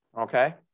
okay